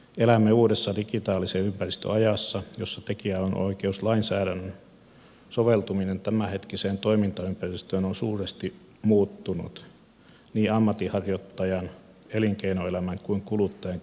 elämme uudessa digitaalisen ympäristön ajassa jossa tekijänoikeuslainsäädännön soveltuminen tämänhetkiseen toimintaympäristöön on suuresti muuttunut niin ammatinharjoittajan elinkeinoelämän kuin kuluttajankin näkökulmasta